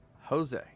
jose